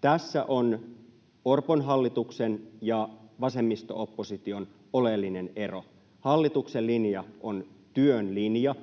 Tässä on Orpon hallituksen ja vasemmisto-opposition oleellinen ero. Hallituksen linja on työn linja,